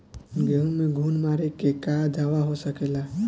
गेहूँ में घुन मारे के का दवा हो सकेला?